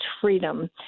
Freedom